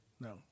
no